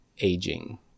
aging